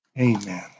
Amen